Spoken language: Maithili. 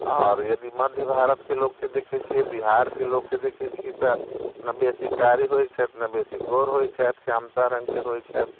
आओर यदि मध्य भारतके लोककेँ देखै छियै बिहारके लोककेँ देखै छियै तऽ ने बेसी कारी होइ छथि आओर ने बेसी गोर छथि श्यामतः रङ्गके होइ छथि